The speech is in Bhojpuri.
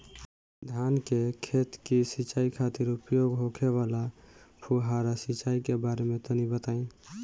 धान के खेत की सिंचाई खातिर उपयोग होखे वाला फुहारा सिंचाई के बारे में तनि बताई?